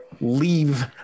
leave